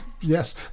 Yes